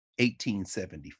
1874